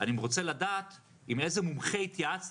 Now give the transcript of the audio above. אני רוצה לדעת עם איזה מומחה התייעצת,